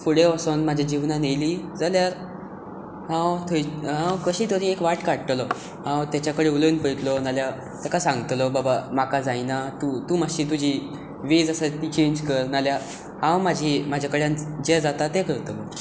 फुडें वचून म्हज्या जिवनांत येयली जाल्यार हांव थंय हांव कशी तरी एक वाट काडटलों हांव ताच्या कडेन उलोवन पयतलों नाजाल्यार ताका सांगतलों बाबा म्हाका जायना तूं तूं मातशी तुजी वेज आसा ती चेंज कर नाजाल्यार हांव म्हाजी म्हज्या कडल्यान जें जाता तें करतलों